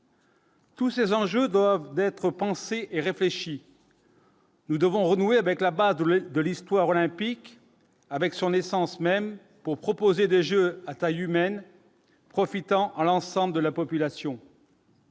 Tous ces enjeux doivent d'être pensé et réfléchi. Nous devons renouer avec la base de l'de l'histoire olympique avec son essence même, pour proposer des Jeux à taille humaine, profitant à l'ensemble de la population.